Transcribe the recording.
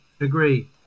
Agree